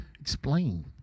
Explain